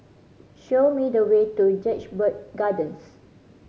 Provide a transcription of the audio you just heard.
show me the way to Jedburgh Gardens